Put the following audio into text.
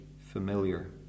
familiar